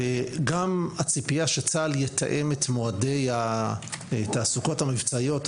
וגם הציפייה שצה"ל יתאם את מועדי התעסוקות המבצעיות,